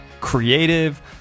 creative